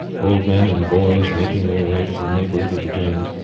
old men and boys, making their way from the neighbourhood of the danes.